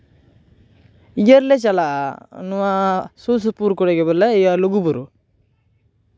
ᱤᱭᱟᱹ ᱞᱮ ᱪᱟᱞᱟᱜᱼᱟ ᱱᱚᱣᱟ ᱥᱩᱨᱼᱥᱩᱯᱩᱨ ᱠᱚᱨᱮ ᱜᱮ ᱞᱩᱜᱩᱵᱩᱨᱩ